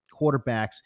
quarterbacks